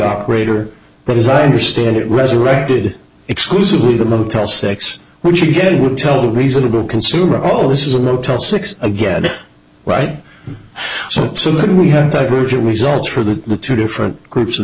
operator but as i understand it resurrected exclusively the motel six which again would tell the reasonable consumer all this is a motel six again right so something we have diversion results for the two different groups of